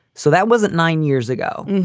so that wasn't nine years ago.